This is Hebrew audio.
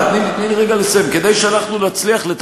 אני חשבתי שאנחנו צריכים לעשות יותר כדי